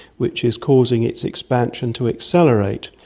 which is causing its expansion to accelerate,